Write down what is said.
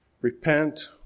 repent